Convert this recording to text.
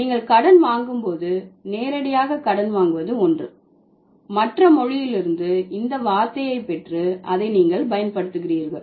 நீங்கள் கடன் வாங்கும்போது நேரடியாக கடன் வாங்குவது ஒன்று மற்ற மொழியிலிருந்து இந்த வார்த்தையை பெற்று அதை நீங்கள் பயன்படுத்துகிறீர்கள்